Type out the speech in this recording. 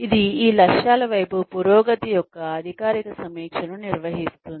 ఇది ఈ లక్ష్యాల వైపు పురోగతి యొక్క అధికారిక సమీక్షను నిర్వహిస్తుంది